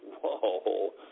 whoa